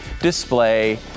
display